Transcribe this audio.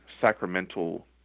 sacramental